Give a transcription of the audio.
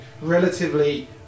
relatively